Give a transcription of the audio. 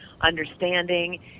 understanding